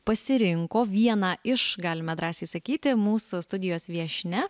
pasirinko vieną iš galime drąsiai sakyti mūsų studijos viešnia